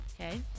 Okay